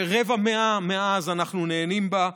שרבע מאה מאז אנחנו נהנים ממנה.